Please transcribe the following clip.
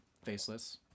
faceless